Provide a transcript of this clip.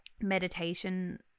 meditation